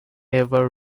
ever